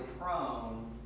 prone